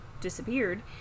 disappeared